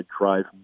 drive